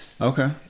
okay